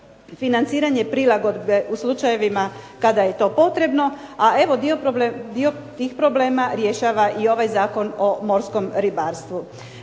financiranje prilagodbe u slučajevima kada je to potrebno, a dio tih problema rješava i ovaj Zakon o morskom ribarstvu.